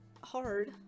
hard